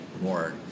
more